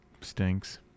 Stinks